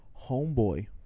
homeboy